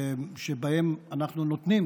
שבהם אנחנו נותנים,